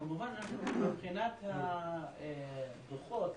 כמובן מבחינת הדוחות